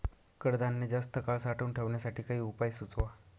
कडधान्य जास्त काळ साठवून ठेवण्यासाठी काही उपाय सुचवा?